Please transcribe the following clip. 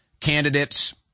candidates